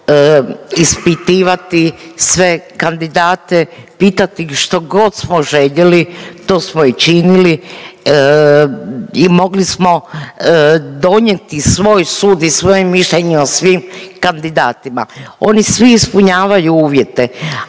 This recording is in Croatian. ispitivati sve kandidate, pitati ih štogod smo željeli to smo i činili i mogli smo donijeti svoj sud i svoje mišljenje o svim kandidatima. Oni svi ispunjavaju uvjete,